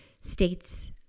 states